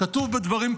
כתוב בדברים כ"ד: